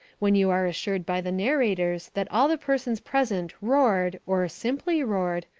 when you are assured by the narrators that all the persons present roared or simply roared,